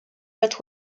that